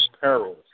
perils